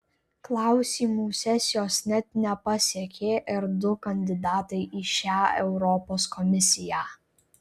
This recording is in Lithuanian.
klausymų sesijos net nepasiekė ir du kandidatai į šią europos komisiją